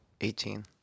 Eighteen